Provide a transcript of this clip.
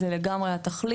זו לגמרי התכלית.